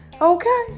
Okay